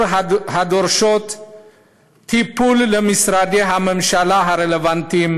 הדורשת טיפול למשרדי הממשלה הרלוונטיים,